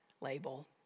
label